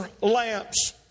lamps